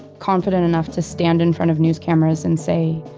confident enough to stand in front of news cameras and say,